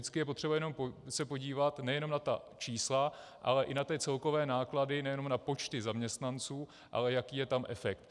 Vždycky je potřeba se podívat nejenom na ta čísla, ale i na celkové náklady, nejenom na počty zaměstnanců, ale jaký je tam efekt.